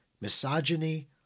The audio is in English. misogyny